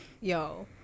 Yo